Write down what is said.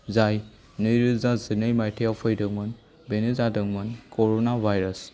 जाय नैरोजा जिगु मायथाइयाव फैदोंमोन बेनो जादोंमोन कर'ना भायरास